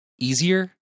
easier